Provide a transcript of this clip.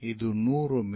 ಇದು 100 ಮಿ